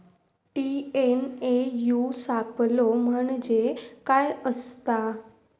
TNAU सापलो म्हणजे काय असतां?